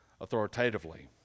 authoritatively